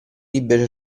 libera